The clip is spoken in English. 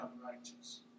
unrighteous